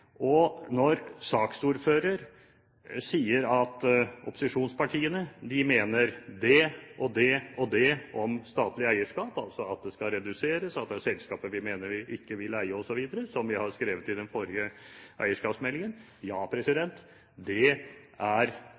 Og når saksordføreren sier at opposisjonspartiene mener det og det og det om statlig eierskap, altså at det skal reduseres, at det er selskaper vi mener vi ikke vil eie, osv, som vi har skrevet i forbindelse med den forrige eierskapsmeldingen, er det riktig. Men det er